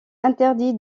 interdit